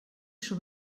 schon